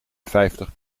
vijftig